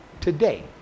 today